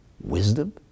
wisdom